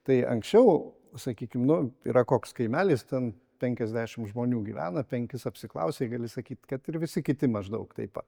tai anksčiau sakykim nu yra koks kaimelis ten penkiasdešim žmonių gyvena penkis apsiklausei gali sakyt kad ir visi kiti maždaug taip pat